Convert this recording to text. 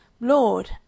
Lord